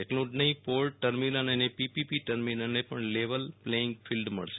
એટલુ જ નફી પોર્ટ ટર્મિનલ અને પીપીપી ટર્મિનલ પણ લેવલ પ્લેઈંગ ફિલ્ડ મળશે